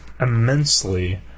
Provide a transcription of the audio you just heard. immensely